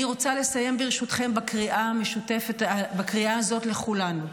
ברשותכם, אני רוצה לסיים בקריאה הזאת לכולנו: